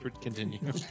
continue